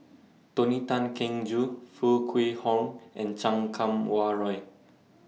Tony Tan Keng Joo Foo Kwee Horng and Chan Kum Wah Roy